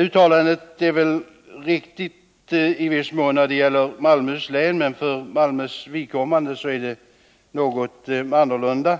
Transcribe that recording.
Uttalandet är i viss mån riktigt när det gäller hela Malmöhus län, men för Malmös vidkommande förhåller det sig något annorlunda.